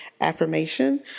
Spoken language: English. affirmation